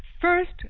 first